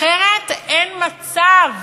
אחרת אין מצב